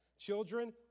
Children